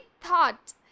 thought